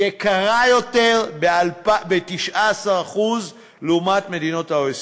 ליקרה יותר ב-19% לעומת מדינות ה-OECD.